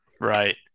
Right